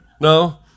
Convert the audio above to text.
No